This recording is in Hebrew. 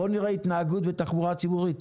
בואו נראה התנהגות בתחבורה ציבורית.